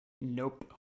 Nope